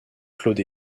claude